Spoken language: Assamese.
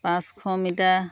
পাঁচশ মিটাৰ